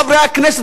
חברי הכנסת,